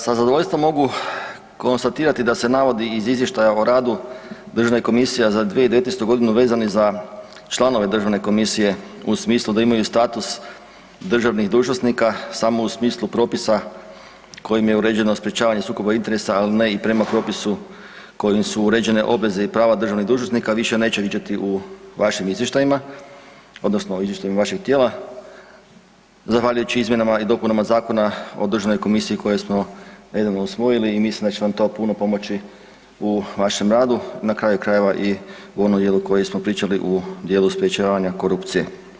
Sa zadovoljstvom mogu konstatirati da se navodi iz izvještaju o radu državne komisije za 2019. godinu vezanih za članove državne komisije u smislu da imaju status državnih dužnosnika samo u smislu propisa kojim je uređeno sprječavanje sukoba interesa ali ne i prema popisu kojim su uređene obveze i prava državnih dužnosnika više neće viđati u vašim izvještajima odnosno izvještajima vašeg tijela zahvaljujući izmjenama i dopunama zakona o državnoj komisiji koje smo nedavno usvojili i mislim da će vam to puno pomoći u vašem radu na kraju krajeva i u onom dijelu o kojem smo pričali, u dijelu sprječavanja korupcije.